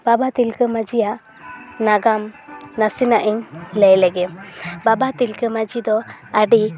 ᱵᱟᱵᱟ ᱛᱤᱞᱠᱟᱹ ᱢᱟᱹᱡᱷᱤᱭᱟᱜ ᱱᱟᱜᱟᱢ ᱱᱟᱥᱮᱱᱟᱜ ᱤᱧ ᱞᱟᱹᱭ ᱞᱮᱜᱮ ᱵᱟᱵᱟ ᱛᱤᱞᱠᱟᱹ ᱢᱟᱹᱡᱷᱤ ᱫᱚ ᱟᱹᱰᱤ